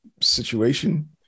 situation